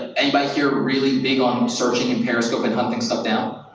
anybody here really big on searching in periscope and hunting stuff down?